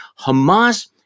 Hamas